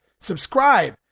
Subscribe